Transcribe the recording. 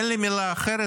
אין לי מילה אחרת,